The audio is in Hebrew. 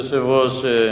אדוני היושב-ראש,